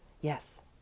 Yes